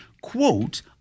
quote